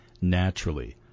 naturally